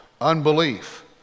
unbelief